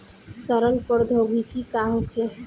सड़न प्रधौगकी का होखे?